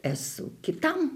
esu kitam